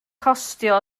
costio